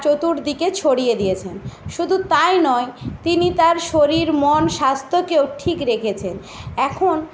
চতুর্দিকে ছড়িয়ে দিয়েছেন শুধু তাই নয় তিনি তাঁর শরীর মন স্বাস্থ্যকেও ঠিক রেখেছেন এখন